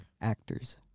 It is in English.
Actors